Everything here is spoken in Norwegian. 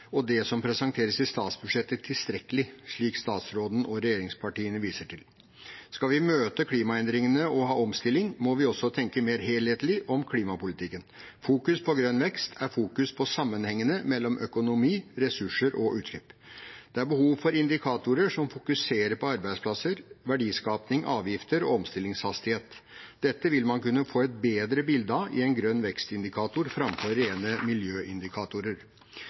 og det som presenteres i statsbudsjettet, tilstrekkelig, slik statsråden og regjeringspartiene viser til. Skal vi møte klimaendringene og ha omstilling, må vi også tenke mer helhetlig om klimapolitikken. Fokus på grønn vekst er fokus på sammenhengene mellom økonomi, ressurser og utslipp. Det er behov for indikatorer som fokuserer på arbeidsplasser, verdiskaping, avgifter og omstillingshastighet. Dette vil man kunne få et bedre bilde av i en grønn vekst-indikator framfor rene miljøindikatorer.